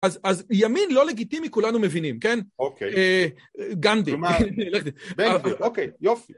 אז ימין לא לגיטימי כולנו מבינים, כן? אוקיי. גנדי. בן גביר, אוקיי, יופי.